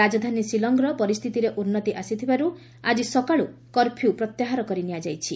ରାଜଧାନୀ ଶିଲଂର ପରିସ୍ଥିତିରେ ଉନ୍ନତି ଆସିବାରୁ ଆଜି ସକାଳୁ କର୍ଫ୍ୟୁ ପ୍ରତ୍ୟାହାର କରି ନିଆଯାଇଛି